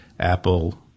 Apple